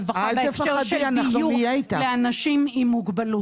תפחדי, אנחנו נהיה אתך.